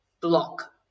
block